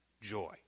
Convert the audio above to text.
joy